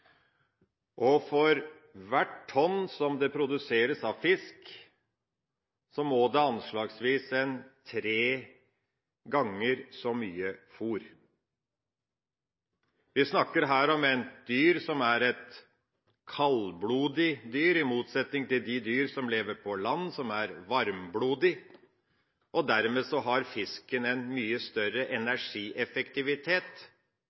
tonn. For hvert tonn som det produseres av fisk, må det anslagsvis til tre ganger så mye fôr. Vi snakker her om et dyr som er et kaldblodig dyr, i motsetning til de dyr som lever på land, som er varmblodige. Dermed har fisken en mye større